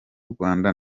rwanda